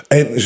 en